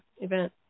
event